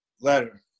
Letter